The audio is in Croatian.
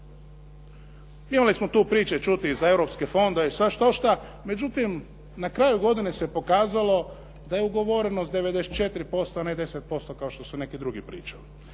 Imali smo tu priče čuti i za europske fondove i štošta, međutim na kraju godine se pokazalo da je ugovoreno sa 94% a ne 10% kao što su neki drugi pričali.